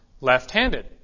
left-handed